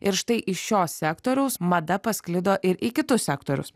ir štai iš šio sektoriaus mada pasklido ir į kitus sektorius